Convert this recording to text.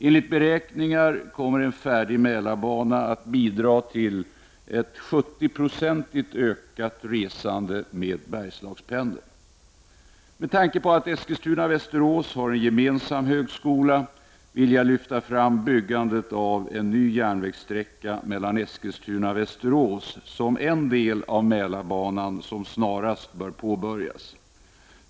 Enligt beräkningar kommer en färdig Mälarbana att bidra till ett 70-procentigt ökat resande med Bergslagspendeln. Med tanke på att Eskilstuna och Västerås har en gemensam högskola vill jag lyfta fram byggandet av en ny järnvägssträcka mellan Eskilstuna och Västerås som en del av Mälarbanan som snarast bör påbörjas.